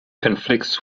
conflicts